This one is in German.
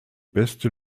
beste